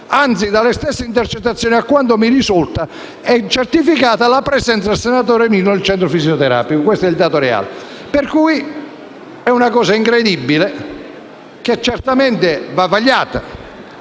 Anzi, dalle stesse intercettazioni - a quanto mi risulta - è certificata la presenza del senatore Milo al centro fisioterapico: è questo il dato reale. Si tratta di un fatto incredibile, che certamente deve